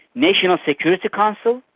national security council,